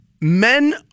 men